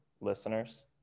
listeners